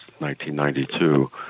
1992